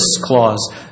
clause